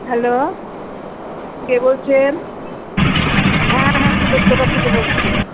hello কে বলছেন হ্যাঁ হ্যাঁ ফুলের দোকান থেকে বলছি